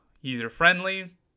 user-friendly